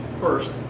First